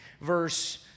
verse